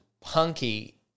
punky